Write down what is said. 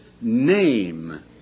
name